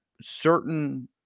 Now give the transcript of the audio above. certain